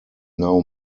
now